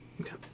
Okay